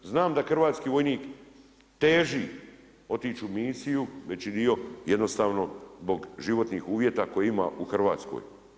Znam da hrvatski vojnik teži otići u misiju veći dio jednostavno zbog životnih uvjeta koje ima u Hrvatskoj.